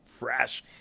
fresh